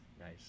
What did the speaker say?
nice